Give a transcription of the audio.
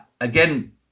again